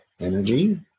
energy